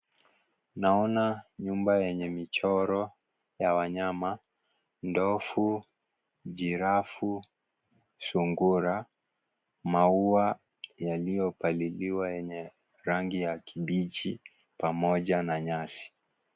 Naona nyumba yenye michoro ya wanyama ndovu, jirafu , sungura, maua yaliyopaliliwa yenye rangi ya kibichi pamoja na nyasi.